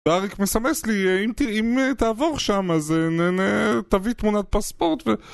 דאריק מסמס לי, אם תעבור שם אז תביא תמונת פספורט ו...